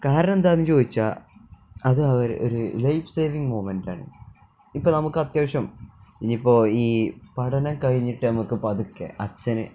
കാരണം എന്താണെന്നു ചോദിച്ചാല് അത് ഒരു ലൈഫ് സേവിങ്ങ് മൊമെന്റാണ് ഇപ്പോള് നമുക്ക് അത്യാവശ്യം ഇനിയിപ്പോള് ഈ പഠനം കഴിഞ്ഞിട്ട് നമുക്കു പതുക്കെ അച്ഛന്